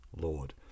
Lord